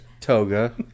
toga